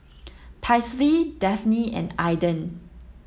Paisley Dafne and Aiden